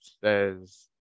says